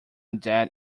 dead